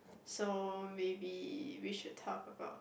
so maybe we should talk about